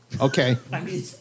Okay